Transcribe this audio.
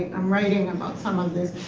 i'm writing about some of this,